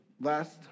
last